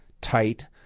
tight